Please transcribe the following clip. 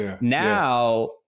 Now